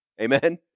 Amen